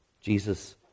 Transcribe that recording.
Jesus